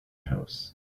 house